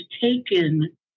taken